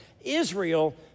Israel